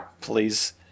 Please